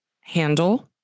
handle